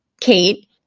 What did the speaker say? Kate